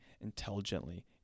intelligently